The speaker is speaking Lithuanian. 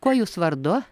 kuo jūs vardu